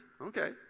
Okay